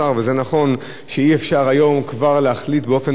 באופן ברור שהבחירות תתקיימנה באמת ביחד,